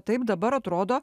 taip dabar atrodo